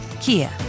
Kia